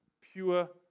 pure